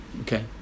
okay